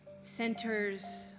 centers